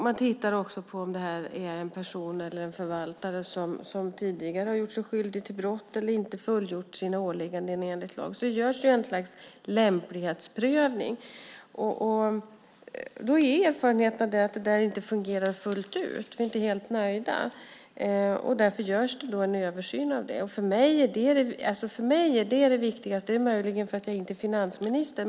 Man tittar också på om det här är en person eller en förvaltare som tidigare har gjort sig skyldig till brott eller som inte har fullgjort sina ålägganden enligt lag. Det görs något slags lämplighetsprövning. Erfarenheterna visar att detta inte fungerar fullt ut. Vi är inte helt nöjda. Därför görs det en översyn av det här. Det är för mig det viktigaste. Det är möjligen för att jag inte är finansministern.